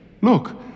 look